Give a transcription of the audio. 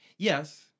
Yes